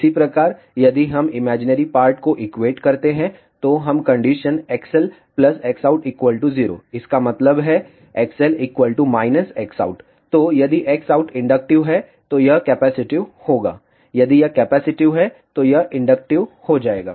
इसी प्रकार यदि हम इमैजिनरी पार्ट को इक्वेट करते हैं तो हम कंडीशन XL Xout 0 इसका मतलब है XL Xout तो यदि Xout इंडक्टिव है तो यह कैपेसिटिव होगा यदि यह कैपेसिटिव है तो यह इंडक्टिव हो जाएगा